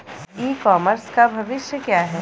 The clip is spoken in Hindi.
ई कॉमर्स का भविष्य क्या है?